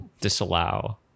disallow